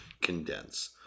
condense